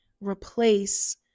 replace